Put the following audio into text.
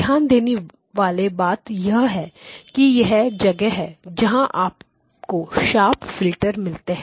ध्यान देने वाली बात यह है कि यह वह जगह है जहां आपको शार्प फिल्टर मिलते हैं